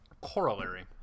Corollary